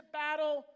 battle